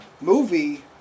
movie